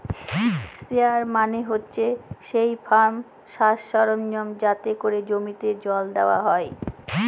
sprayer মানে হচ্ছে সেই ফার্ম সরঞ্জাম যাতে করে জমিতে জল দেওয়া হয়